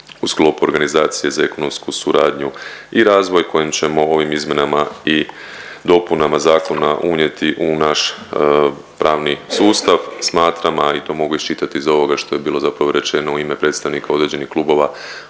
u sklopu Organizacije za ekonomsku suradnju i razvoj, kojim ćemo ovim izmjenama i dopunama zakona unijeti u naš pravni sustav. Smatram, a i to mogu iščitati iz ovoga što je bilo zapravo rečeno u ime predstavnika određenih klubova